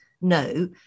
no